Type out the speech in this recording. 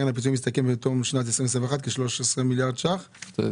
קרן הפיצויים הסתכם בתום שנת 2021 בכ-13 מיליארד שקלים,